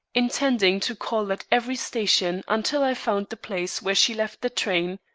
intending to call at every station until i found the place where she left the train.